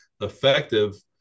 effective